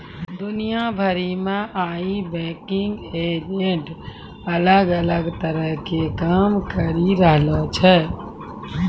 दुनिया भरि मे आइ बैंकिंग एजेंट अलग अलग तरहो के काम करि रहलो छै